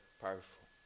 powerful